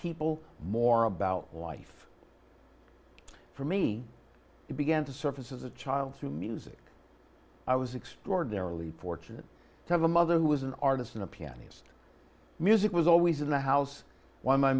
people more about life for me it began to surface as a child through music i was extraordinarily fortunate to have a mother who was an artist and a pianist music was always in the house while my